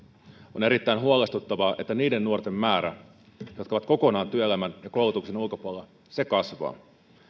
on erittäin huolestuttavaa että niiden nuorten määrä jotka ovat kokonaan työelämän ja koulutuksen ulkopuolella kasvaa